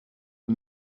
eux